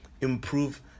improve